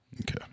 Okay